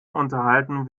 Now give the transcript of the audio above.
unterhalten